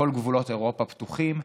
כל גבולות אירופה פתוחים,